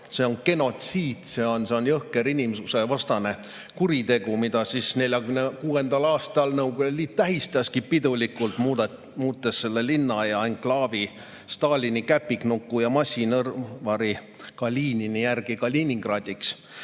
See on genotsiid, see on jõhker inimsusevastane kuritegu, mida 1946. aastal Nõukogude Liit tähistas pidulikult, muutes selle linna ja enklaavi Stalini käpiknuku ja massimõrvari Kalinini järgi Kaliningradiks.